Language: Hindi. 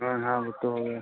हाँ हाँ वह तो है